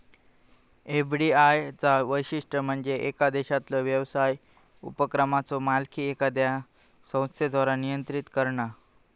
FDI चा वैशिष्ट्य म्हणजे येका देशातलो व्यवसाय उपक्रमाचो मालकी एखाद्या संस्थेद्वारा नियंत्रित करणा